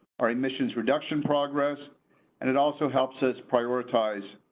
our admissions reduction progress, and it also helps us prioritize